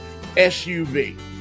SUV